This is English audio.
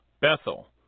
Bethel